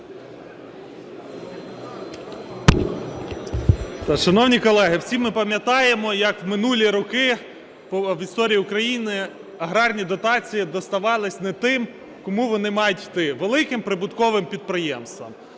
Шановні колеги, всі ми пам'ятаємо, як в минулі роки в історії України аграрні дотації доставались не тим, кому вони мають йти, – великим прибутковим підприємствам.